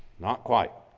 not quite.